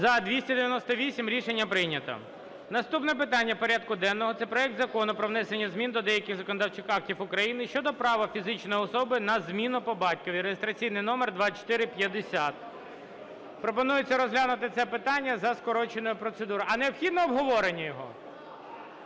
За-298 Рішення прийнято. Наступне питання порядку денного - це проект Закону про внесення змін до деяких законодавчих актів України щодо права фізичної особи на зміну по батькові (реєстраційний номер 2450). Пропонується розглянути це питання за скороченою процедурою. А необхідне обговорення його?